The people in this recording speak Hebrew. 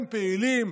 הם פעילים,